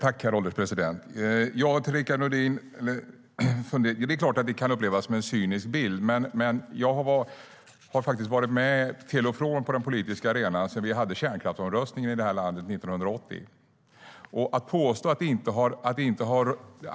Herr ålderspresident! Till Rickard Nordin: Det är klart att det kan upplevas som en cynisk bild. Men jag har faktiskt varit med till och från på den politiska arenan sedan vi hade kärnkraftsomröstningen här i landet 1980.